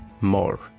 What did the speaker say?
more